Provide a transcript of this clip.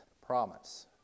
promise